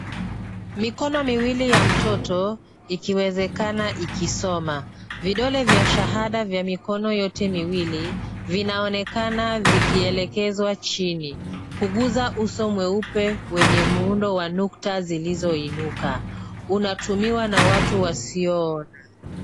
Mikono miwili ya mtoto ikiwezakana ikisoma. Vidole vya shahada vya mikono yote miwili vinaonekana vikielekezwa chini kuguza uso mweupe wenye muundo wa nukta zilizoinuka. Unatumiwa na watu wasioona.